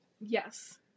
Yes